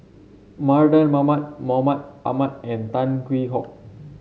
Mardan Mamat Mahmud Ahmad and Tan Hwee Hock